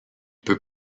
peut